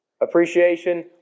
appreciation